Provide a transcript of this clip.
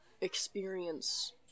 experience